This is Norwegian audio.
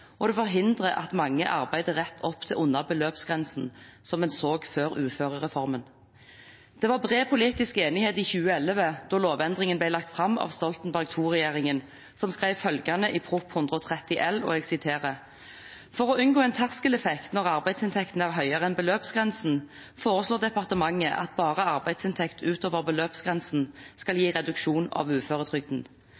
og det forhindrer at mange arbeider til rett oppunder beløpsgrensen, noe en så før uførereformen. Det var bred politisk enighet i 2011, da lovendringen ble lagt fram av Stoltenberg II- regjeringen, som skrev følgende i Prop. 130 L for 2010–2011: «For å unngå en terskeleffekt når arbeidsinntekten er høyere enn beløpsgrensen, foreslår departementet at bare arbeidsinntekt utover beløpsgrensen skal